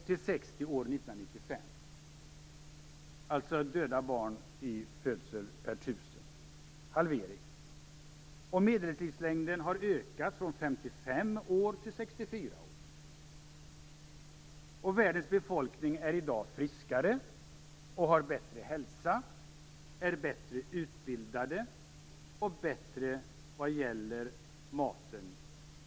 År 1995 var barndödligheten 60 barn per 1 000 födda barn. Medellivslängden har ökat från 55 år till 64 år. Världens befolkning är i dag friskare, bättre utbildade och äter bättre än för 25 år sedan.